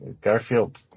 Garfield